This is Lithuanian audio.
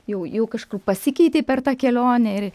jau jau kažkur pasikeitei per tą kelionę ir